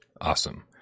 awesome